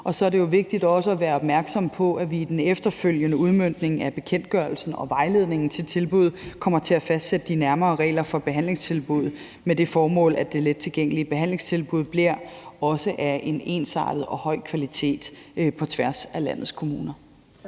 Og så er det jo vigtigt også at være opmærksom på, at vi i den efterfølgende udmøntning af bekendtgørelsen og vejledningen til tilbuddet kommer til at fastsætte de nærmere regler for behandlingstilbuddet med det formål, at det lettilgængelige behandlingstilbud også bliver af en ensartet og høj kvalitet på tværs af landets kommuner.